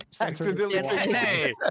Accidentally